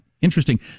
interesting